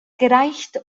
gereicht